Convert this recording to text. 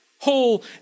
whole